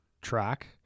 track